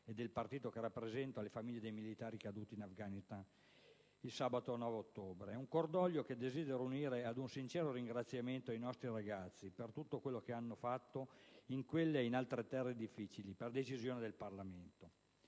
e del Gruppo che rappresento alle famiglie dei militari caduti in Afghanistan lo scorso sabato 9 ottobre. È un cordoglio che desidero unire ad un sincero ringraziamento ai nostri ragazzi per tutto quello che hanno fatto in quelle e in altre terre difficili, per decisione del Parlamento.